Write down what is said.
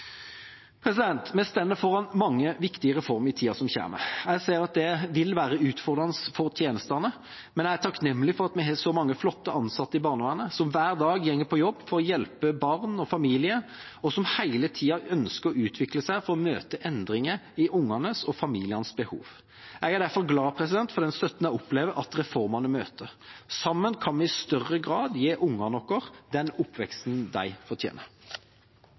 Vi står foran mange viktige reformer i tida som kommer. Jeg ser at det vil være utfordrende for tjenestene, men jeg er takknemlig for at vi har så mange flotte ansatte i barnevernet, som hver dag går på jobb for å hjelpe barn og familier, og som hele tida ønsker å utvikle seg for å møte endringer i ungenes og familienes behov. Jeg er derfor glad for den støtten jeg opplever at reformene møter. Sammen kan vi i større grad gi ungene våre den oppveksten de fortjener.